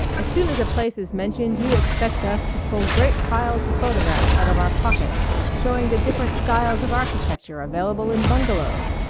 as soon as a place is mentioned you expect us to pull great piles of photographs out of our pockets showing the different styles of architecture available in bungalows.